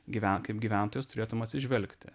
gyvenk kaip gyventojas turėtum atsižvelgti